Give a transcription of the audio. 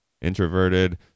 Introverted